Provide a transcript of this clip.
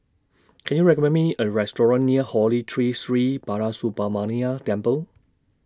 Can YOU recommend Me A Restaurant near Holy Tree Sri Balasubramaniar Temple